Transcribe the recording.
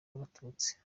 abatutsi